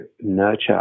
nurture